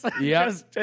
Yes